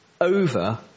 over